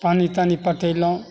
पानि तानी पटेलहुॅं